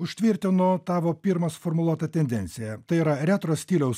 užtvirtinu tavo pirmą suformuluotą tendenciją tai yra retro stiliaus